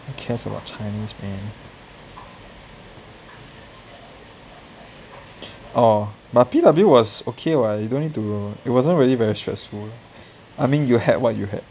who cares about chinese man oh but P_W was okay what you don't need to it wasn't really stressful I mean you had what you had